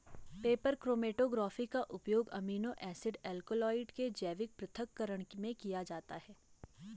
paper chromatography का उपयोग amino acid alkaloid के जैविक पृथक्करण में किया जाता है